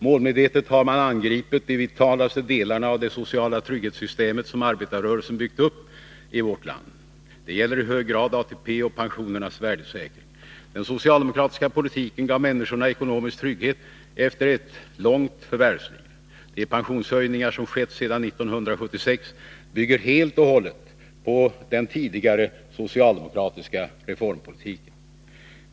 Målmedvetet har man angripit de vitalaste delarna av det sociala trygghetssystemet, som arbetarrörelsen byggt upp i vårt land. Det gäller i hög grad ATP och pensionernas värdesäkring. Den socialdemokratiska politiken gav människorna ekonomisk trygghet efter ett långt förvärvsliv. De pensionshöjningar som skett sedan 1976 bygger helt och hållet på den tidigare socialdemokratiska reformpolitiken.